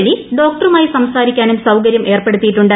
വഴി ഡോക്ടറുമായി സംസാരിക്കാനും സൌകര്യം ഏർപ്പെടുത്തിയിട്ടുണ്ട്